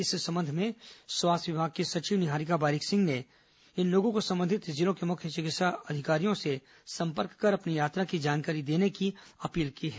इस संबंध में विभाग की सचिव निहारिका बारिक सिंह ने इन लोगों को संबंधित जिलों के मुख्य चिकित्सा और स्वास्थ्य अधिकारियों से संपर्क कर अपनी यात्रा की जानकारी देने की अपील की है